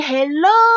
Hello